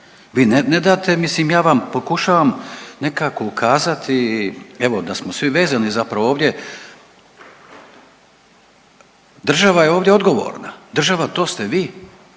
vi ne date, mislim ja vam pokušavam nekako ukazati evo da smo svi vezani zapravo ovdje. Država je ovdje odgovorna, država to ste vi